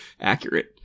accurate